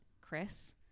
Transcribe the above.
Chris